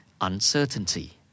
uncertainty